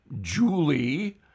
Julie